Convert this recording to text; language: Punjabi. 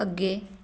ਅੱਗੇ